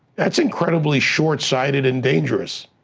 that's incredibly short-sighted and dangerous,